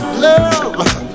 love